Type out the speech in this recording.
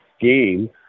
game